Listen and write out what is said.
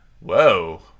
Whoa